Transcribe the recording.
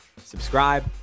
subscribe